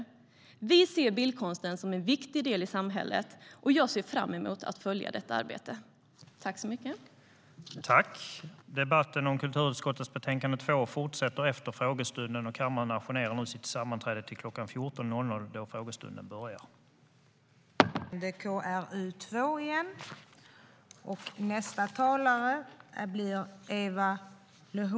Vi ser bildkonsten som en viktig del i samhället, och jag ser fram emot att följa detta arbete.